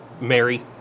Mary